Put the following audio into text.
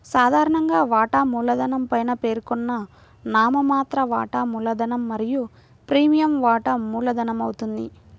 సాధారణంగా, వాటా మూలధనం పైన పేర్కొన్న నామమాత్ర వాటా మూలధనం మరియు ప్రీమియం వాటా మూలధనమవుతుంది